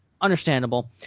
understandable